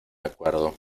acuerdo